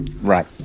Right